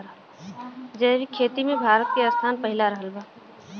जैविक खेती मे भारत के स्थान पहिला रहल बा